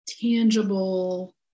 tangible